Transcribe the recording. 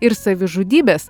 ir savižudybės